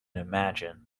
imagine